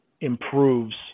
improves